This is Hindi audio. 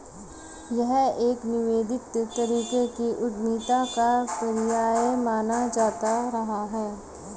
यह एक निवेदित तरीके की उद्यमिता का पर्याय माना जाता रहा है